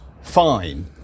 fine